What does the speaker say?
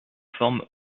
forme